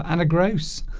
and a grouse